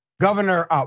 Governor